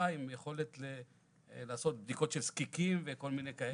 עם יכולת לעשות בדיקות של זקיקים וכל מיני כאלה.